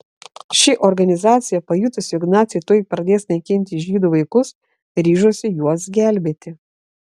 ši organizacija pajutusi jog naciai tuoj pradės naikinti žydų vaikus ryžosi juos gelbėti